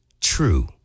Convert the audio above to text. true